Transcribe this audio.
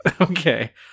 Okay